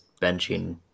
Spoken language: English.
benching